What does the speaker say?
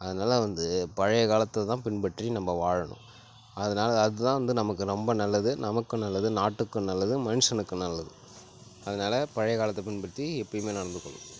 அதனால் வந்து பழைய காலத்தை தான் பின்பற்றி நம்ம வாழணும் அதனால் அதுதான் வந்து நமக்கு ரொம்ப நல்லது நமக்கும் நல்லது நாட்டுக்கும் நல்லது மனுஷனுக்கு நல்லது அதனால் பழைய காலத்தை பின்பற்றி எப்பயுமே நடந்துக்கணும்